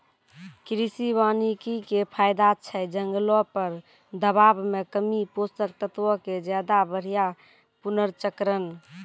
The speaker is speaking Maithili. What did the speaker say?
कृषि वानिकी के फायदा छै जंगलो पर दबाब मे कमी, पोषक तत्वो के ज्यादा बढ़िया पुनर्चक्रण